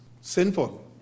Sinful